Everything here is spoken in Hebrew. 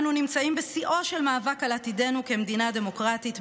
אנו נמצאים בשיאו של מאבק על עתידנו כמדינה דמוקרטית,